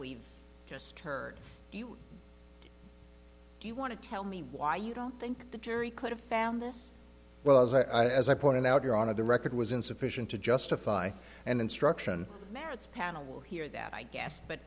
we've just heard do you do you want to tell me why you don't think the jury could have found this well as i as i pointed out here on of the record was insufficient to justify and instruction merits panel will hear that i guess but